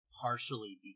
partially